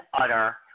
utter